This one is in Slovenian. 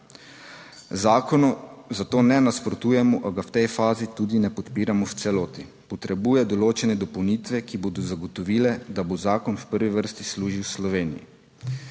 Zakonu zato ne nasprotujemo, a ga v tej fazi tudi ne podpiramo v celoti. Potrebuje določene dopolnitve, ki bodo zagotovile, da bo zakon v prvi vrsti služil Sloveniji.